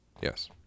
Yes